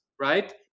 right